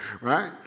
right